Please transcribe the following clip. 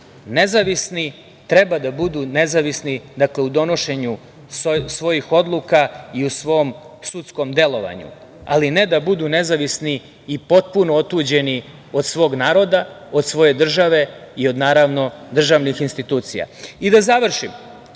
zaduženi i treba da budu nezavisni u donošenju svojih odluka i u svom sudskom delovanju, ali ne da budu nezavisni i potpuno otuđeni od svog naroda, od svoje države i od, naravno, državnih institucija.I da završim.